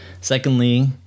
secondly